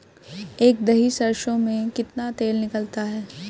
एक दही सरसों में कितना तेल निकलता है?